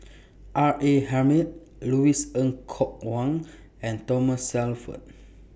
R A Hamid Louis Ng Kok Kwang and Thomas Shelford